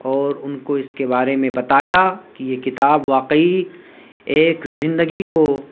اور ان کو اس کے بارے میں بتایا کہ یہ کتاب واقعی ایک زندگی کو